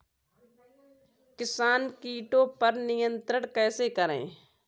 किसान कीटो पर नियंत्रण कैसे करें?